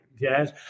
Yes